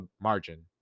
margin